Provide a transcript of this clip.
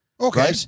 Okay